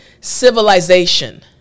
civilization